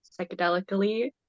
psychedelically